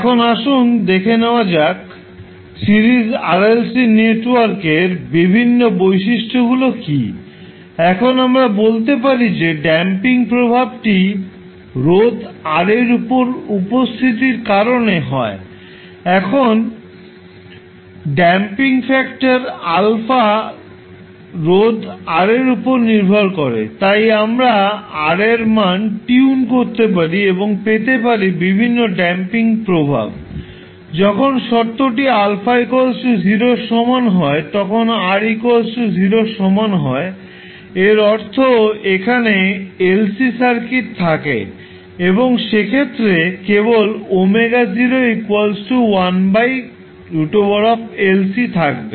এখন আসুন দেখে নেওয়া যাক সিরিজ RLC নেটওয়ার্কের বিভিন্ন বৈশিষ্ট্যগুলি কী এখন আমরা বলতে পারি যে ড্যাম্পিং প্রভাবটি রোধ R এর উপস্থিতির কারণে হয় কারণ ড্যাম্পিং ফ্যাক্টর α রোধ R এর উপর নির্ভর করে তাই আমরা R এর মান টিউন করতে পারি এবং পেতে পারি বিভিন্ন ড্যাম্পিং প্রভাব যখন শর্তটি α 0 এর সমান হয় তখন R 0 এর সমান হয় এর অর্থ এখানে LC সার্কিট থাকে এবং সেক্ষেত্রে কেবল ω0 1√LC থাকবে